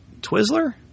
Twizzler